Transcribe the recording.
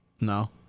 No